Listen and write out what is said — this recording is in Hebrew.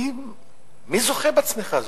מי זוכה בצמיחה הזאת,